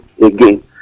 again